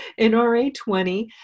NRA20